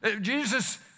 Jesus